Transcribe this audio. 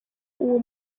uwo